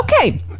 Okay